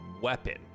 weapon